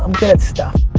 good at stuff.